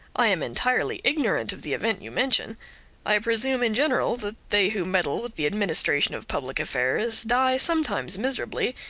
i am entirely ignorant of the event you mention i presume in general that they who meddle with the administration of public affairs die sometimes miserably,